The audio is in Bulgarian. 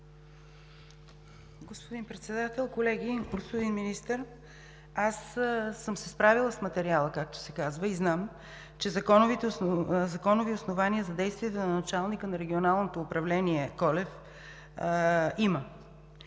Господин Председател, колеги! Господин Министър, справила съм се с материала, както се казва, и знам, че законови основания за действията на началника на Регионалното управление Колев има.